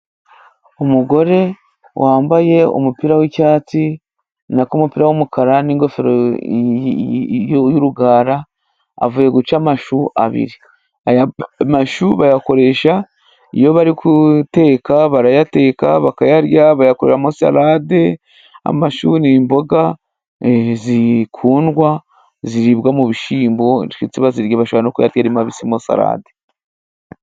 Umugore wambaye umupira w'icyatsi na ko umupira w'umukara n'ingofero y'urugara avuye guca amashu abiri aya mashu bayakoresha iyo bari guteka barayateka bakayarya, bayakuramo salade amashu ni imboga zikundwa ,ziribwa mu bishyimbo bazirya bashobora no kuyarya ari mabisi mo salade.